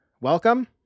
welcome